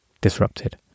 disrupted